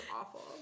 awful